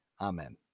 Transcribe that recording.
Amen